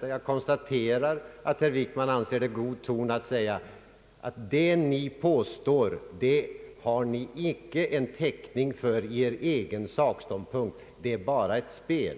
Jag konstaterar att herr Wickman anser det vara god ton att säga: Det ni påstår har ni icke täckning för i er egen sakståndpunkt, det är bara ett spel.